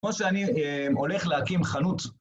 כמו שאני הולך להקים חנות.